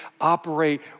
operate